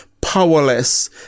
powerless